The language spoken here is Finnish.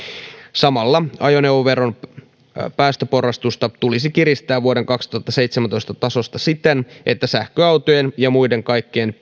samalla ajoneuvoveron päästöporrastusta tulisi kiristää vuoden kaksituhattaseitsemäntoista tasosta siten että sähköautojen ja kaikkien